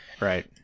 Right